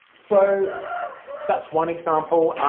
so that's one example.